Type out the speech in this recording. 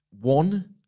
one